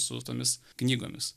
su tomis knygomis